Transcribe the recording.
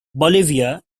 bolivia